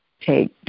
Take